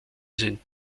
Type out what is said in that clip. sind